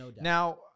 Now